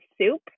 soup